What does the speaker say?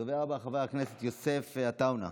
הדובר הבא, חבר הכנסת יוסף עטאונה,